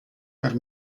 per